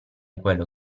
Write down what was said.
quello